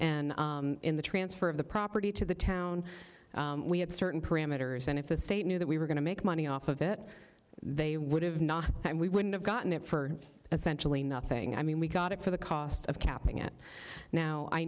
and in the transfer of the property to the town we had certain parameters and if the state knew that we were going to make money off of it they would have not and we wouldn't have gotten it for essentially nothing i mean we got it for the cost of capping it now i